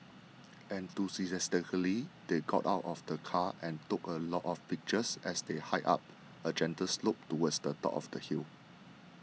enthusiastically they got out of the car and took a lot of pictures as they hiked up a gentle slope towards the top of the hill